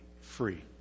free